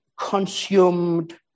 consumed